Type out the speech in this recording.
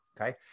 Okay